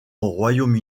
royaume